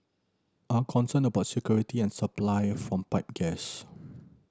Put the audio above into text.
are concerned about security and supply from pipe gas